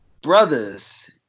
Brothers